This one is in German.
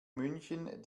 münchen